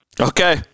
Okay